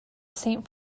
saint